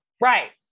Right